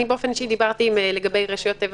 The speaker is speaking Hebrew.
אני באופן אישי דיברתי לגבי רשויות הטבע